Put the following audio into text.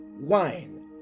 wine